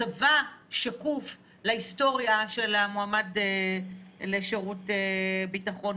הצבא שקוף להיסטוריה של המועמד לשירות ביטחון.